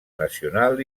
nacional